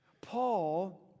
Paul